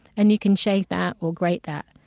and you can shave that or grate that.